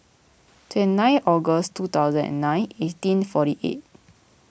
two nine August two thousand and nine eighteen forty eight